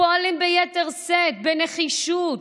פועלים ביתר שאת, בנחישות,